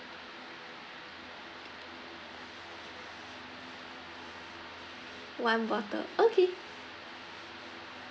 one bottle okay